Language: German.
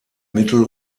mittel